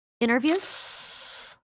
interviews